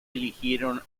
eligieron